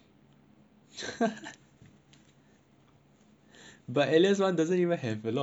but elliot's one doesn't even have a lot of big numbers